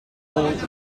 legions